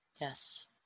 Yes